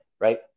right